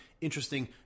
interesting